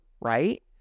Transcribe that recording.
right